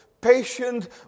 patient